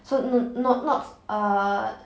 so n~ n~ no not uh